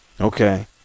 Okay